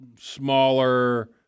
smaller –